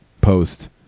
Post